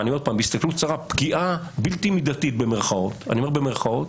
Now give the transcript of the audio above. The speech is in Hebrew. פגיעה "בלתי מידתית" ואני אומר במירכאות